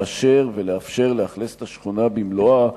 לאשר ולאפשר לאכלס את השכונה במלואה,